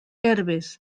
herbes